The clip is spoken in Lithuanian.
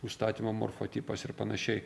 užstatymo morfotipas ir panašiai